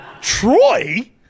Troy